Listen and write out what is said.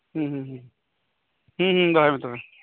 ᱦᱮᱸ ᱦᱮᱸ ᱦᱮᱸ ᱫᱚᱦᱚᱭᱢᱮ ᱛᱚᱵᱮ